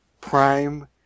Prime